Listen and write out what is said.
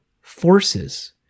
forces